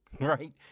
right